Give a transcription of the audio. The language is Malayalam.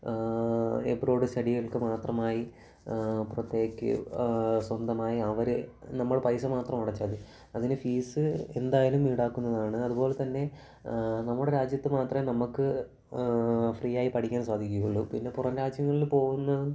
എബ്രോഡ് സ്റ്റുഡികൾക്ക് മാത്രമായി പുറത്തേക്ക് സ്വന്തമായി അവർ നമ്മൾ പൈസ മാത്രം അടച്ചാൽ മതി അതിന് ഫീസ് എന്തായാലും ഈടാക്കുന്നതാണ് അതുപോലെ തന്നെ നമ്മുടെ രാജ്യത്ത് മാത്രമേ നമുക്ക് ഫ്രീയായി പഠിക്കാൻ സാധിക്കുകയുള്ളു പിന്നെ പുറം രാജ്യങ്ങളിൽ പോകുന്ന